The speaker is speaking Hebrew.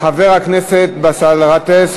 חבר הכנסת באסל גטאס,